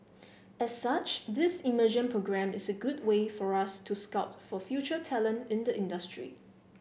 as such this immersion programme is a good way for us to scout for future talent in the industry